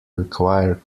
require